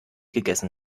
gegessen